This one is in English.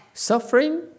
Suffering